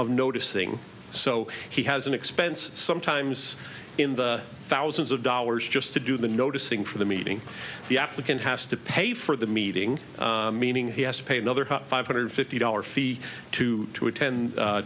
of noticing so he has an expense sometimes in the thousands of dollars just to do the noticing for the meeting the applicant has to pay for the meeting meaning he has to pay another five hundred fifty dollars fee to to attend